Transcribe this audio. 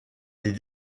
les